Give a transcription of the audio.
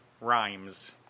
Rhymes